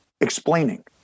explaining